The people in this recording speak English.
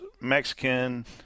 Mexican